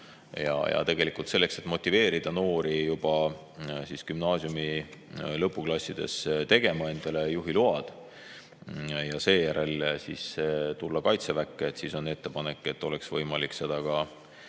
Tegelikult selleks, et motiveerida noori juba gümnaasiumi lõpuklassides tegema endale juhiload ja seejärel tulema Kaitseväkke, on meil ettepanek, et oleks võimalik seda